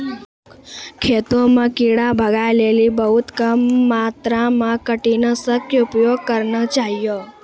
खेतों म कीड़ा भगाय लेली बहुत कम मात्रा मॅ कीटनाशक के उपयोग करना चाहियो